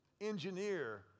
engineer